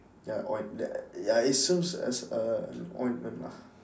ya oil ya ya it serves as a an ointment lah